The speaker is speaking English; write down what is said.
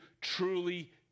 truly